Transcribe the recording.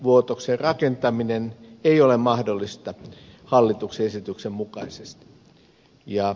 vuotoksen rakentaminen ei ole mahdollista hallituksen esityksen mukaisesti